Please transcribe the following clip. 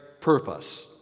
purpose